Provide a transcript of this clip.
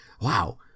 Wow